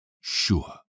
sure